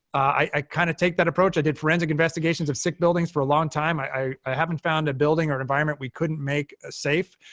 i kind of take that approach. i did forensic investigations of sick buildings for a long time. i i haven't found a building or environment we couldn't make safe,